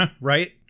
Right